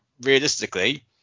realistically